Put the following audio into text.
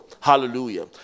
hallelujah